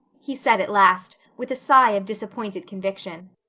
he said at last, with a sigh of disappointed conviction.